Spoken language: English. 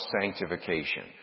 sanctification